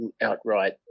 outright